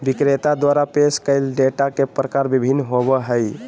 विक्रेता द्वारा पेश कइल डेटा के प्रकार भिन्न होबो हइ